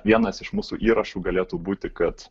vienas iš mūsų įrašų galėtų būti kad